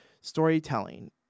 storytelling